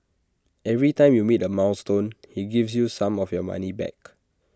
every time you meet A milestone he gives you some of your money back